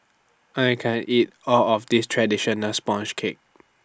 I can't eat All of This Traditional Sponge Cake